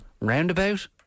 roundabout